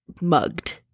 mugged